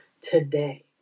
today